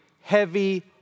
heavy